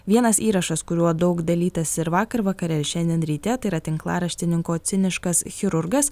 vienas įrašas kuriuo daug dalytasi ir vakar vakare ir šiandien ryte tai yra tinklaraštininko ciniškas chirurgas